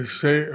say